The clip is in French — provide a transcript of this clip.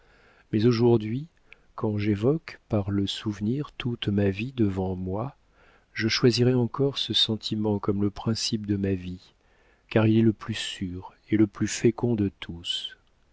mais aujourd'hui quand j'évoque par le souvenir toute ma vie devant moi je choisirais encore ce sentiment comme le principe de ma vie car il est le plus sûr et le plus fécond de tous